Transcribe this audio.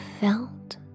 felt